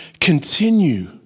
continue